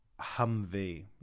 Humvee